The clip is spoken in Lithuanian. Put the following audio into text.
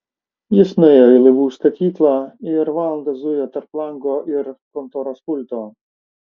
jis nuėjo į laivų statyklą ir valandą zujo tarp lango ir kontoros pulto